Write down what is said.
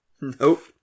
Nope